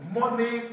money